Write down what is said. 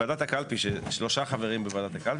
ועדת הקלפי ששלושה חברים בוועדת הקלפי